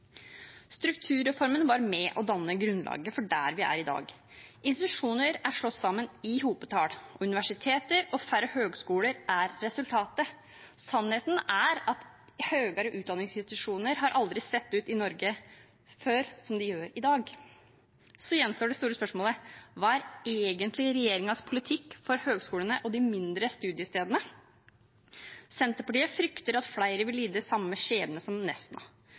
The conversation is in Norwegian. Strukturreformen var med og dannet grunnlaget for der vi er i dag. Institusjoner er slått sammen i hopetall, og universiteter og færre høyskoler er resultatet. Sannheten er at høyere utdanningsinstitusjoner i Norge aldri før har sett ut som de gjør i dag. Så gjenstår det store spørsmålet: Hva er egentlig regjeringens politikk for høyskolene og de mindre studiestedene? Senterpartiet frykter at flere vil lide samme skjebne som